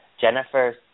Jennifer